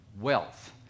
wealth